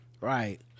Right